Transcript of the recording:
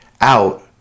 out